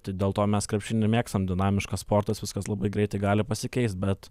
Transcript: tai dėl to mes krepšinį ir mėgstam dinamiškas sportas viskas labai greitai gali pasikeist bet